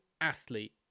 athlete